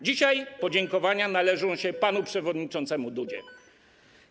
Dzisiaj podziękowania należą się panu przewodniczącemu Dudzie.